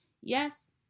Yes